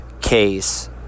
case